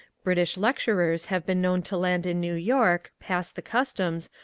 british lecturers have been known to land in new york, pass the customs,